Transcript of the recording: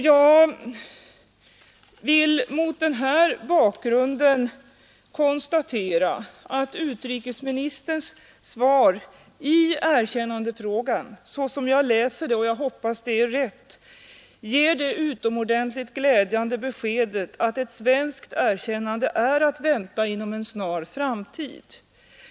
Jag vill mot denna bakgrund konstatera att urikesministerns svar i erkännandefrågan såsom jag läser det — jag hoppas att det är rätt — ger det utomordentligt glädjande beskedet att ett svenskt erkännande är att vänta inom en snar framtid.